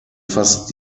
fast